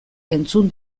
entzun